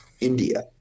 India